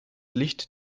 licht